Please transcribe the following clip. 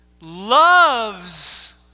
loves